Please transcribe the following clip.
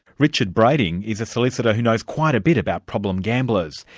richard brading is a solicitor who knows quite a bit about problem gamblers.